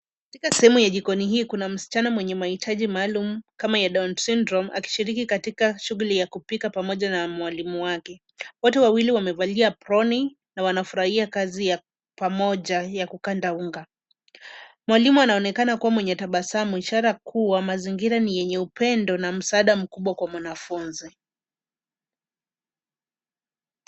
Katika sehemu ya jikoni hii kuna msichana mwenye mahitaji maalum kama ya down syndrome akishiriki katika shughuli ya kupika pamoja na mwalimu wake. Wote wawili wamevalia aproni na wanafurahia kazi ya pamoja ya kukanda unga. Mwalimu anaonekana kuwa mwenye tabasamu ishara ya kuwa mazingira ni yenye upendo na msaada mkubwa kwa mwanafunzi.